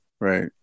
right